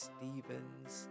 Stevens